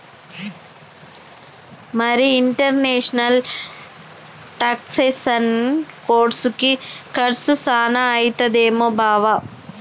మరి ఇంటర్నేషనల్ టాక్సెసను కోర్సుకి కర్సు సాన అయితదేమో బావా